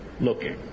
looking